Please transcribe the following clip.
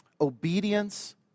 obedience